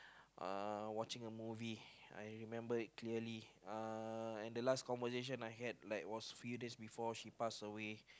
uh watching a movie I remember it clearly uh and the last conversation I had like was few days before she passed away